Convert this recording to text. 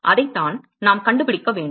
அதைத்தான் நாம் கண்டுபிடிக்க வேண்டும்